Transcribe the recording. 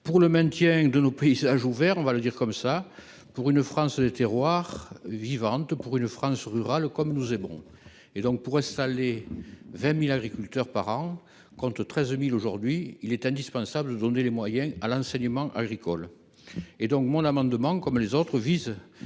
pour le maintien de nos paysages ouverts, on va le dire comme ça, pour une France des terroirs vivante pour une France rurale comme nous et bon et donc pourrait 20000 agriculteurs par an contre 13000 aujourd'hui, il est indispensable, donner les moyens à l'enseignement agricole et donc mon amendement comme les autres vise